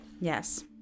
Yes